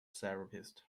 therapist